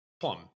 Plum